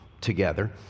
together